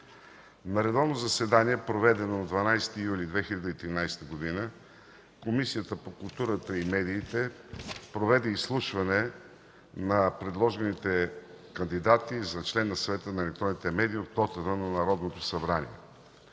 На редовно заседание, проведено на 12 юли 2013 г., Комисията по културата и медиите проведе изслушване на предложените кандидати за член на Съвета за електронни медии от квотата на Народното събрание.